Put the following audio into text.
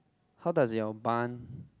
how does your barn